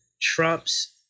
Trump's